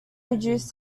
reduce